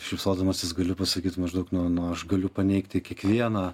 šypsodamasis galiu pasakyti maždaug nu nu aš galiu paneigti kiekvieną